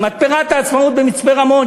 מתפרת "העצמאות" במצפה-רמון,